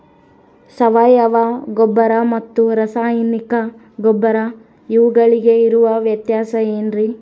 ಸಾವಯವ ಗೊಬ್ಬರ ಮತ್ತು ರಾಸಾಯನಿಕ ಗೊಬ್ಬರ ಇವುಗಳಿಗೆ ಇರುವ ವ್ಯತ್ಯಾಸ ಏನ್ರಿ?